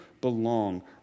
belong